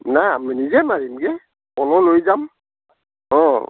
নাই আমি নিজে মাৰিমগৈ প'ল লৈ যাম অঁ